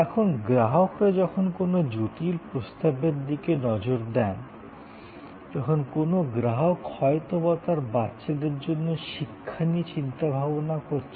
এখন গ্রাহকরা যখন কোনও জটিল প্রস্তাবের দিকে নজর দেন যখন কোনও গ্রাহক হয়তো বা তার বাচ্চাদের জন্য শিক্ষা নিয়ে চিন্তাভাবনা করছেন